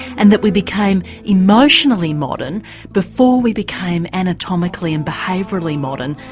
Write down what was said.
and that we became emotionally modern before we became anatomically and behaviourally modern,